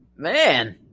Man